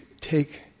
take